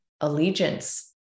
allegiance